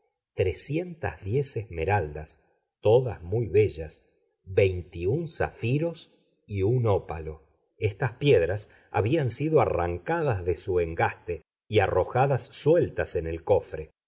trescientas diez esmeraldas todas muy bellas veintiún zafiros y un ópalo estas piedras habían sido arrancadas de su engaste y arrojadas sueltas en el cofre